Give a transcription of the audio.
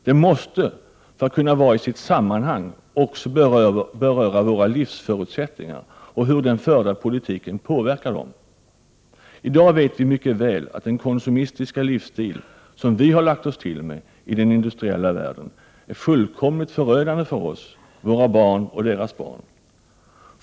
Den måste, för att kunna vara i sitt rätta sammanhang, också beröra våra livsförutsättningar och hur den förda politiken påverkar dem. I dag vet vi mycket väl att den konsumistiska livsstil som vi har lagt oss till med i den industriella världen är fullkomligt förödande för oss, våra barn och deras barn.